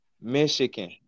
Michigan